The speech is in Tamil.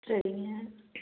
சரிங்க